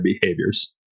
behaviors